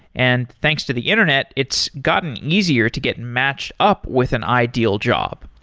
and thanks to the internet, it's gotten easier to get matched up with an ideal job.